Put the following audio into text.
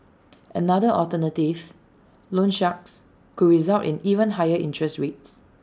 another alternative loan sharks could result in even higher interest rates